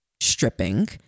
stripping